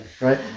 right